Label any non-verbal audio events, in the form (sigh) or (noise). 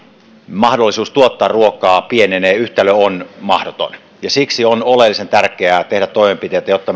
mahdollisuus tuottaa ruokaa pienenee yhtälö on mahdoton ja siksi on oleellisen tärkeää tehdä toimenpiteitä jotta (unintelligible)